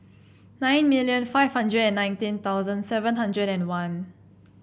nine million five hundred and nineteen thousand seven hundred and one